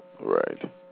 right